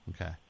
Okay